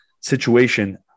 situation